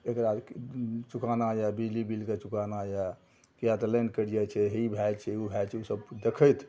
एकरा चुकाना यऽ बिजली बिलके चुकाना यऽ किएक तऽ लाइन कटि जाइ छै हे ई भए जाइ छै ओ भए जाइ छै ओ सबके देखैत